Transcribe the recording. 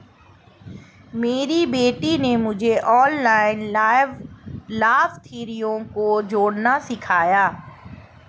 मेरी बेटी ने मुझे ऑनलाइन लाभार्थियों को जोड़ना सिखाया